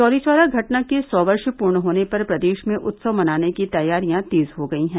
चौरीचौरा घटना के सौ वर्ष पूर्ण होने पर प्रदेश में उत्सव मनाने की तैयारियां तेज हो गयी हैं